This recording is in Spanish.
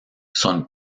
son